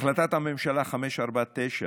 החלטת הממשלה 549,